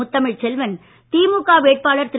முத்தமிழ் செல்வன் திமுக வேட்பாளர் திரு